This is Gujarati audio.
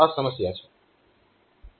તો આ સમસ્યા છે